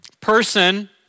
person